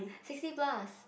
sixty plus